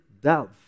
dove